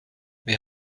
wir